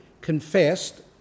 confessed